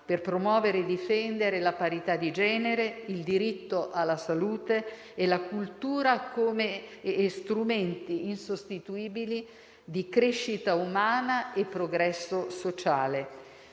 per promuovere e difendere la parità di genere, il diritto alla salute e la cultura come strumenti insostituibili di crescita umana e progresso sociale.